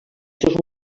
seus